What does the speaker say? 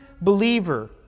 believer